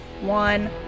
one